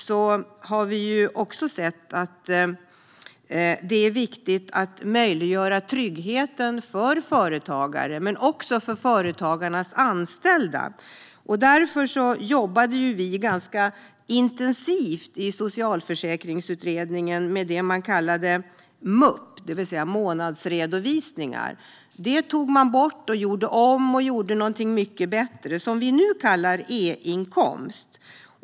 Vi har sett att det är viktigt att möjliggöra tryggheten för företagare men också för företagarnas anställda. Därför jobbade vi ganska intensivt i Socialförsäkringsutredningen med det man kallade MUPP, det vill säga månadsredovisningar. Det tog man bort, och man gjorde någonting mycket bättre. Det är det som vi nu kallar e-inkomst.